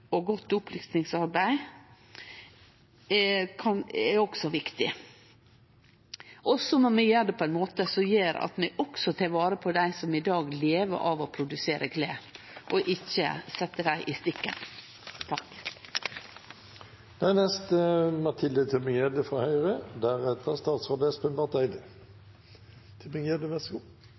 og godt opplysningsarbeid er også viktig. Så må vi gjere det på ein måte som gjer at vi også tek vare på dei som i dag lever av å produsere klede, og ikkje late dei i